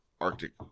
Arctic